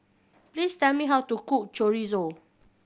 please tell me how to cook Chorizo